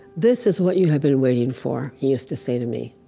this is what you have been waiting for, he used to say to me.